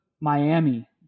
Miami